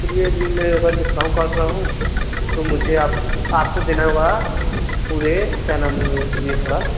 चलिए जी मैं अगर डिस्काउंट काट रहा हूँ तो मुझे आपको आपको देना होगा पूरे क्या नाम रुकिए थोड़ा